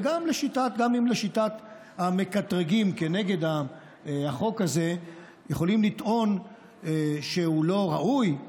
וגם אם לשיטת המקטרגים כנגד החוק הזה הם יכולים לטעון שהוא לא ראוי,